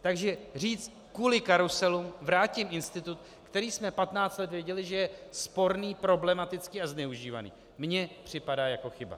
Takže říct kvůli karuselům vrátím institut, který jsme patnáct let věděli, že je sporný, problematický a zneužívaný, mně připadá jako chyba.